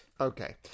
Okay